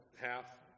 half